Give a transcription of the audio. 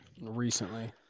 recently